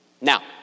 Now